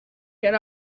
get